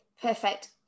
Perfect